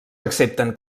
accepten